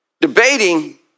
debating